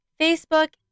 Facebook